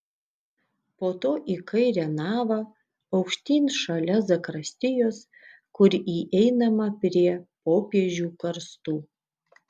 po to į kairę navą aukštyn šalia zakristijos kur įeinama prie popiežių karstų